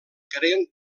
creen